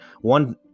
one